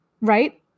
right